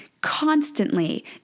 constantly